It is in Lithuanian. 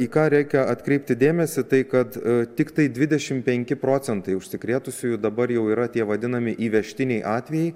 į ką reikia atkreipti dėmesį tai kad tiktai dvidešim penki procentai užsikrėtusiųjų dabar jau yra tie vadinami įvežtiniai atvejai